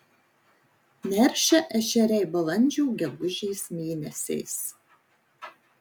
neršia ešeriai balandžio gegužės mėnesiais